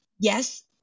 yes